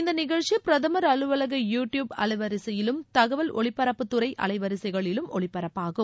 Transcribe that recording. இந்த நிகழ்ச்சி பிரதமர் அலுவலக யூ டியூப் அலைவரிசையிலும் தகவல் ஒலிபரப்புத்துறை அலைவரிசைகளிலும் ஒலிபரப்பாகும்